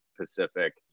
Pacific